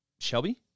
Shelby